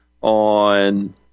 on